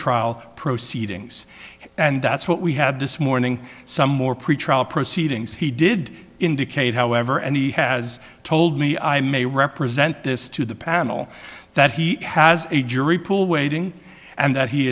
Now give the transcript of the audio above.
trial proceedings and that's what we had this morning some more pretrial proceedings he did indicate however and he has told me i may represent this to the panel that he has a jury pool waiting and that he